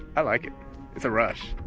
i like it. it's a rush.